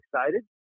excited